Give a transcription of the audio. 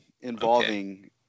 involving